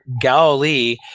Galilee